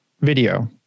video